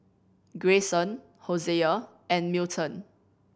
Grayson Hosea and Milton